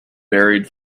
buried